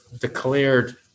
declared